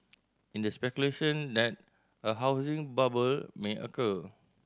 in this speculation that a housing bubble may occur